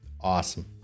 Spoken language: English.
Awesome